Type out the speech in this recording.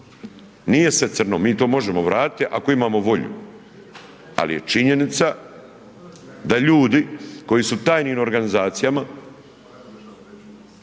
Nije sve crno, mi to možemo vratiti ako imamo volju, ali je činjenica da ljudi koji su u tajnim organizacijama